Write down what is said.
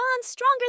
stronger